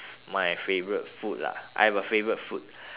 my favourite food lah I have a favourite food